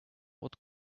what